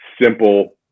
simple